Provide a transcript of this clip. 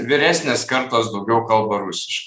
vyresnės kartos daugiau kalba rusiš